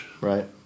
Right